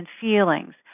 feelings